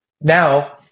Now